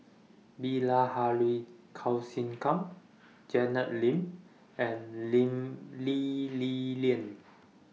Bilahari Kausikan Janet Lim and Lee Li Lian